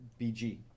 BG